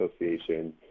Association